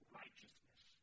righteousness